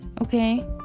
okay